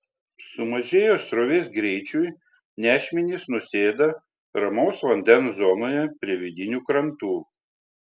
sumažėjus srovės greičiui nešmenys nusėda ramaus vandens zonoje prie vidinių krantų